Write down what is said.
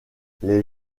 les